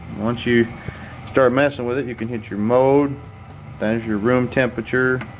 once you start messing with it, you can hit your mode as your room temperature.